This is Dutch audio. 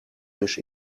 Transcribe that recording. dus